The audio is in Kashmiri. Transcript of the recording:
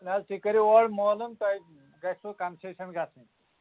نہ حظ تُہۍ کٔرِو اورٕ مولوٗم تۄہَہ گژھوٕ کَنسیشَن گژھٕنۍ